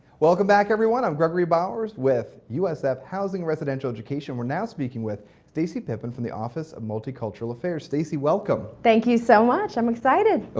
welcome back everyone. i'm gregory bowers with usf housing and residential education. we're now speaking with stacy peppin from the office of multicultural affairs. stacy, welcome. thank you so much. i'm excited. ah